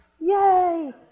yay